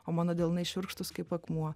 o mano delnai šiurkštūs kaip akmuo